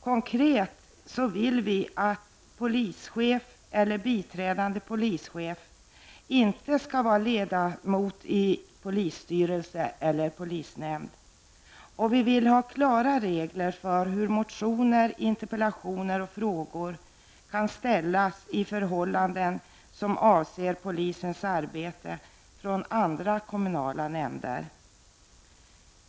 Konkret vill vi att polischef eller biträdande polischef inte skall vara ledamot i polisstyrelse eller polisnämnd. Vi vill ha klara regler för hur motioner, interpellationer och frågor kan väckas i förhållanden som avser i polisens arbete från andra kommunala nämnder.